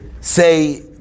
say